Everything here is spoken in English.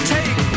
Take